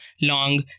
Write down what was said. long